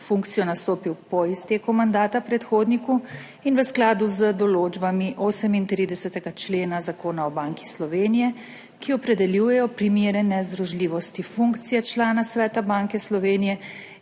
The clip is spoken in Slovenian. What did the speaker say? funkcijo nastopil po izteku mandata predhodniku in v skladu z določbami 38. člena Zakona o Banki Slovenije, ki opredeljujejo primere nezdružljivosti funkcije člana Sveta Banke Slovenije